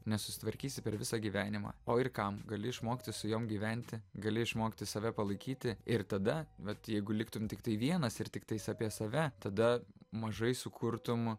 nesusitvarkysi per visą gyvenimą o ir kam gali išmokti su jom gyventi gali išmokti save palaikyti ir tada bet jeigu liktum tiktai vienas ir tiktais apie save tada mažai sukurtum